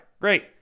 Great